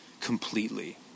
completely